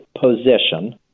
position